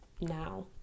now